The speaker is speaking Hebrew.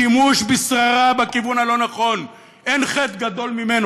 שימוש בשררה בכיוון הלא-נכון, אין חטא גדול ממנו.